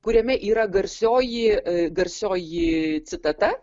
kuriame yra garsioji garsioji citata